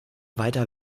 weiter